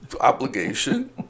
obligation